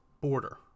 border